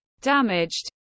damaged